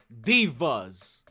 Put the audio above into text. Divas